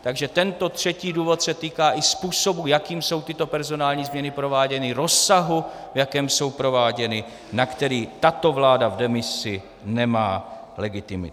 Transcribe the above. Takže tento třetí důvod se týká i způsobu, jakým jsou tyto personální změny prováděny, rozsahu, v jakém jsou prováděny, na který tato vláda v demisi nemá legitimitu.